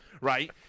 right